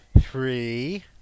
Three